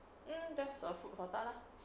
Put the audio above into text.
hmm there's a food for thought lah